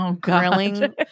grilling